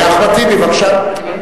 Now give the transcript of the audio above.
אחמד טיבי, בבקשה.